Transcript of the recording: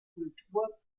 kultur